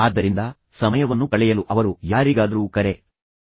ಆದ್ದರಿಂದ ಸಮಯವನ್ನು ಕಳೆಯಲು ಅವರು ಯಾರಿಗಾದರೂ ಕರೆ ಮಾಡುತ್ತಾರೆ ಅವರು ಕೇವಲ ಚಾಟ್ ಮಾಡುತ್ತಾರೆ